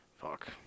Fuck